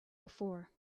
before